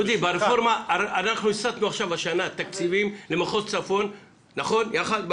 דודי, אנחנו הסטנו השנה תקציבים למחוז צפון יחד.